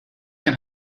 kann